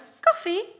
Coffee